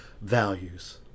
values